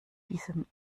diesem